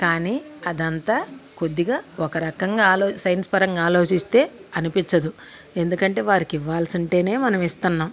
కానీ అదంతా కొద్దిగా ఒక రకంగా సైన్స్ పరంగా ఆలోచిస్తే అనిపించదు ఎందుకంటే వారికివ్వాల్సుంటేనే మనమిస్తన్నాం